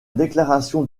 déclaration